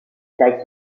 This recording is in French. taille